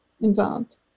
involved